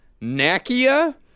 Nakia